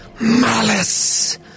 malice